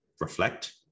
reflect